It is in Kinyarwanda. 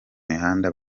mihanda